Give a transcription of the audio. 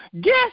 Guess